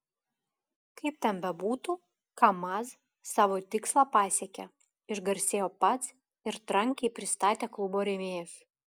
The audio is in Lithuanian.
kaip ten bebūtų kamaz savo tikslą pasiekė išgarsėjo pats ir trankiai pristatė klubo rėmėjus